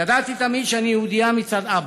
ידעתי תמיד שאני יהודייה מצד אבא,